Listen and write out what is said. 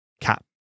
cap